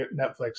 Netflix